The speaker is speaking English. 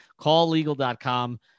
calllegal.com